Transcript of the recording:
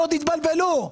אל תתבלבלו.